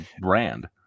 brand